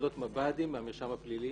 על אודות מב"דים מהמרשם הפלילי